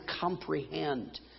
comprehend